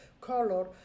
color